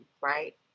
right